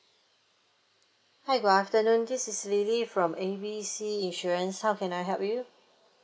hi good afternoon this is lily from A B C insurance how can I help you